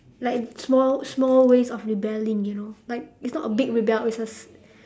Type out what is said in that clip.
like small small ways of rebelling you know like it's not a big rebel it's a